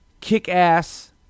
kick-ass